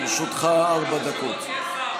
לרשותך ארבע דקות, בבקשה.